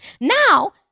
Now